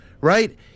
right